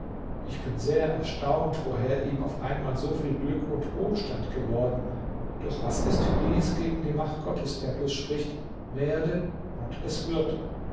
ich bin sehr erstaunt woher ihm auf einmal so viel glück und wohlstand geworden doch was ist dies gegen die macht gottes der bloß spricht werde und es wird